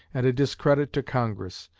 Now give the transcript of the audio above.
and a discredit to congress.